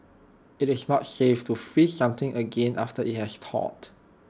IT is not safe to freeze something again after IT has thawed